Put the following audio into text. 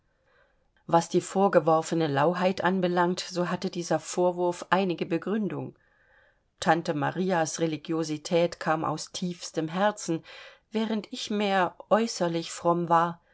was die vorgeworfene lauheit anbelangt so hatte dieser vorwurf einige begründung tante marias religiosität kam aus tiefstem herzen während ich mehr äußerlich fromm war